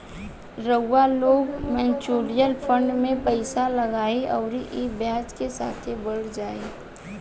रउआ लोग mutual fund मे पइसा लगाई अउरी ई ब्याज के साथे बढ़त जाई